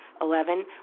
Eleven